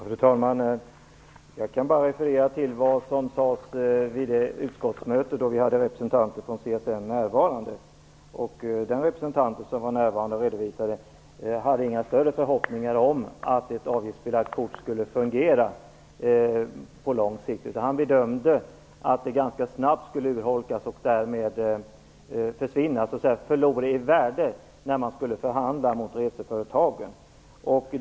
Fru talman! Jag kan bara referera till vad som sades vid det utskottsmöte då vi hade representanter från CSN närvarande. Den representant som redovisade hade inga större förhoppningar om att ett avgiftsbelagt kort skulle fungera på lång sikt. Han bedömde att det ganska snabbt skulle urholkas och därmed försvinna, dvs. förlora i värde när man skulle förhandla gentemot reseförtagen.